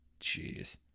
Jeez